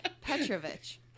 Petrovich